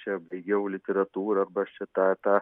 čia baigiau literatūrą arba aš čia tą tą